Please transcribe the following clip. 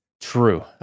True